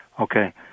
Okay